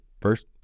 First